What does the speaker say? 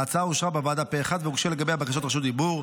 ההצעה אושרה בוועדה פה אחד והוגשו לגביה בקשות רשות דיבור.